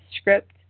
script